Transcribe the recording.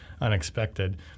unexpected